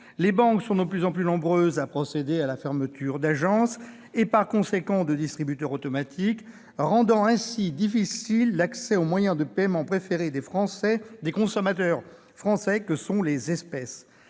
les banques sont de plus en plus nombreuses à procéder à la fermeture d'agences et, par conséquent, de distributeurs automatiques, rendant ainsi difficile l'accès aux espèces, moyen de paiement préféré des consommateurs français. C'est, d'ailleurs,